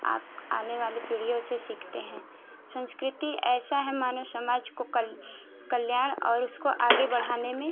आप आने वाली पीढ़ियों से सीखते हैं संस्कृति ऐसा है मानों समाज को कल कल्याण और उसको आगे बढ़ाने में